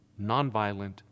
nonviolent